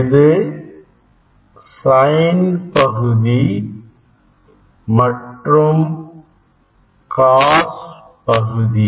இது sin பகுதி மற்றும் காஸ் பகுதி